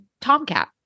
Tomcat